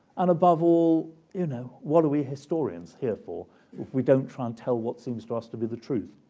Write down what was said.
and above all, you know, what are we historians here for if we don't try and tell what seems to us to be the truth?